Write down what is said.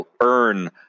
earn